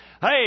Hey